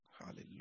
hallelujah